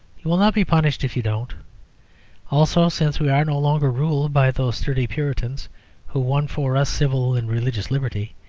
you will not be punished if you don't also, since we are no longer ruled by those sturdy puritans who won for us civil and religious liberty,